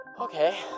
Okay